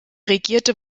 regierte